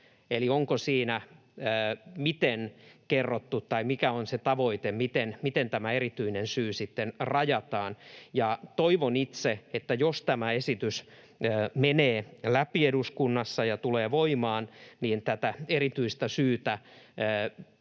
Onko siinä miten kerrottu tai mikä on se tavoite, miten tämä erityinen syy sitten rajataan? Toivon itse, että jos tämä esitys menee läpi eduskunnassa ja tulee voimaan, tätä erityistä syytä